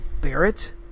Barrett